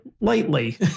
lightly